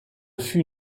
fut